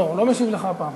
לא, הוא לא משיב לך הפעם.